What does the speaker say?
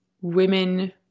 women